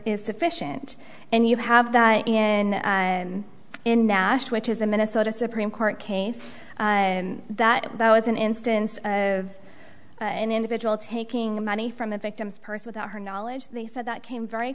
is sufficient and you have that in and in nash which is the minnesota supreme court case and that that was an instance of an individual taking money from a victim's purse without her knowledge they said that came very